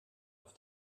auf